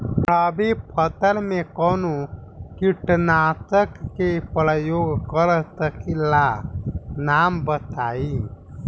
रबी फसल में कवनो कीटनाशक के परयोग कर सकी ला नाम बताईं?